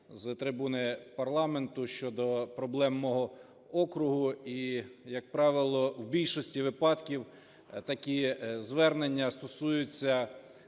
з трибуни парламенту щодо проблем мого округ. І як правило, в більшості випадків такі звернення стосуються